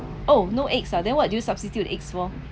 oh no eggs ah then what do you substitute eggs for